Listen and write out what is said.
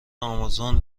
آمازون